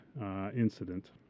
incident